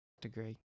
degree